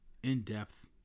in-depth